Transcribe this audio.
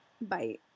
Bye